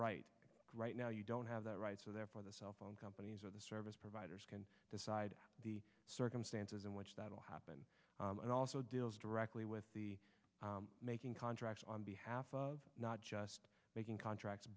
right right now you don't have that right so therefore the cell phone companies or the service providers can decide the circumstances in which that will happen and also deals directly with the making contracts on behalf of not just making contracts